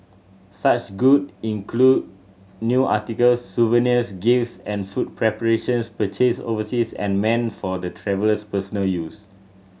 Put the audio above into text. such good include new articles souvenirs gifts and food preparations purchased overseas and meant for the traveller's personal use